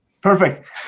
Perfect